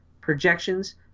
projections